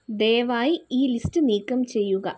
ദയവായി ഈ ലിസ്റ്റ് നീക്കം ചെയ്യുക